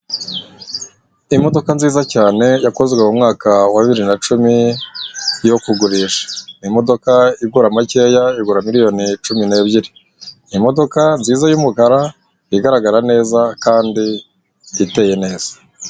Imodoka nziza cyane yakozwe mu mwaka wa bibiri na cumi yo kugurisha. Imodoka igura makeya igura miliyoni cumi n'ebyiri, imodoka nziza y'umukara igaragara neza kandi iteye neza.